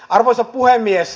arvoisa puhemies